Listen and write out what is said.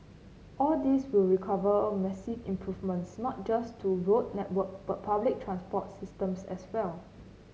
all this will recover massive improvements not just to road network but public transport systems as well